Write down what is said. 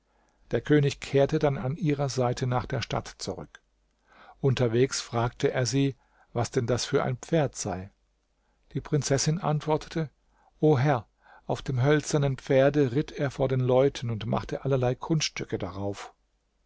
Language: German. der könig kehrte dann an ihrer seite nach der stadt zurück unterwegs fragte er sie was denn das für ein pferd sei die prinzessin antwortete o herr auf dem hölzernen pferde ritt er vor den leuten und machte allerlei kunststücke darauf